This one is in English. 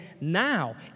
now